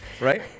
right